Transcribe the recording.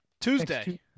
Tuesday